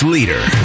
Leader